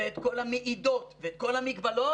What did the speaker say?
ואת כל המעידות ואת כל המגבלות.